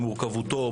במורכבותו,